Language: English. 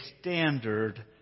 standard